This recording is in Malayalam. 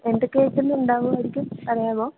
എന്തൊക്കെ ഐറ്റം ഉണ്ടാകുമായിരിക്കും പറയാമോ